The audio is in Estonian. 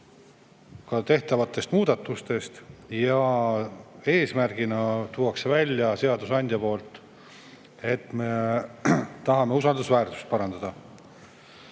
tehtavatest muudatustest ja eesmärgina tuuakse seadusandja poolt välja, et me tahame usaldusväärsust parandada.